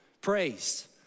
Praise